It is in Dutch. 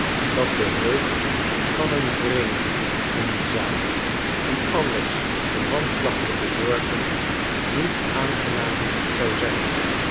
dat de hulp van een vreemde in een zaak die anders de man placht te bezorgen niet aangenaam zou zijn